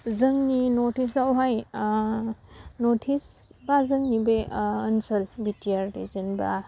जोंनि नर्टटिसावहाय नर्थइस्ट बा जोंनि बे ओनसोल बिटिआर जेनबा